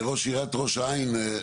ראש עיריית ראש העין.